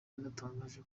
yanatangaje